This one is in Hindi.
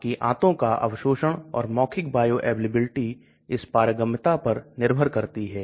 घुलनशीलता आप घुलनशीलता मैं सुधार करने के लिए बहुत सारे संरचनात्मक संशोधन कर सकते हैं